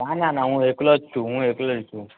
ના ના ના હું એકલો જ છું હું એકલો જ છું